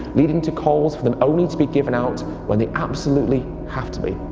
leading to calls for them only to be given out when they absolutely have to be.